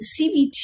CBT